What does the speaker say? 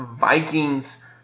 Vikings